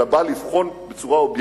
אלא בא לבחון בצורה אובייקטיבית